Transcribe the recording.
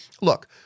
Look